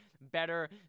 better